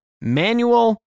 manual